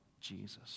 Jesus